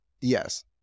Yes